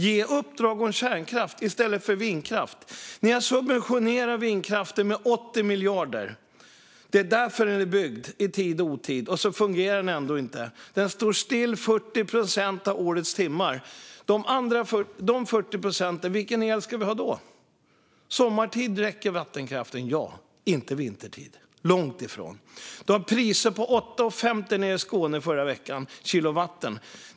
Ge uppdrag om kärnkraft i stället för vindkraft! Ni har subventionerat vindkraften med 80 miljarder. Det är därför den är byggd i tid och otid, och så fungerar den ändå inte. Den står still 40 procent av årets timmar. De 40 procenten, vilken el ska vi ha då? Vattenkraften räcker sommartid men inte vintertid - långt ifrån. Kilowattpriset var 8,50 i Skåne förra veckan.